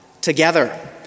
together